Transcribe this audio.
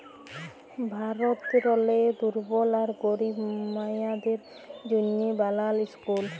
ভারতেরলে দুর্বল আর গরিব মাইয়াদের জ্যনহে বালাল ইসকুল